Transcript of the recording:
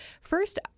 first